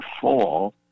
fall